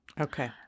Okay